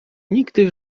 nigdy